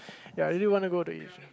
ya I really wanna go to Egypt